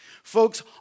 Folks